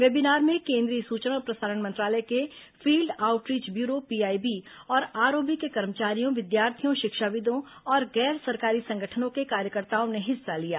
webinar में केंद्रीय सूचना और प्रसारण मंत्रालय के फील्ड आउटरीच ब्यूरो पीआईबी और आरओबी के कर्मचारियों विद्यार्थियों शिक्षाविदों और गैर सरकारी संगठनों के कार्यकर्ताओं ने हिस्सा लिया